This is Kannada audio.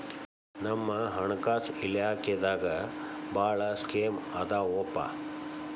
ನಮ್ ಹಣಕಾಸ ಇಲಾಖೆದಾಗ ಭಾಳ್ ಸ್ಕೇಮ್ ಆದಾವೊಪಾ